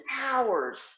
hours